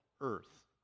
earth